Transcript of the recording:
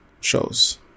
shows